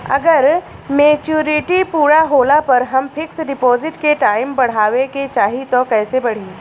अगर मेचूरिटि पूरा होला पर हम फिक्स डिपॉज़िट के टाइम बढ़ावे के चाहिए त कैसे बढ़ी?